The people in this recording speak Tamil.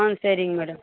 ஆ சரிங்க மேடம்